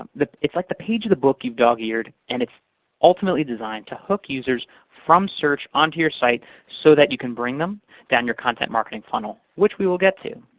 um it's like the page of the book you've dog-eared, and it's ultimately designed to hook users from search onto your site, so that you can bring them down your content marketing funnel, which we will get to.